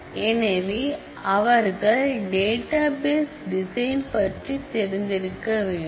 எனவே அவர்கள் database design பற்றி தெரிந்திருக்க வேண்டும்